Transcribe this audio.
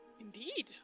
Indeed